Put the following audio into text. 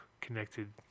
connected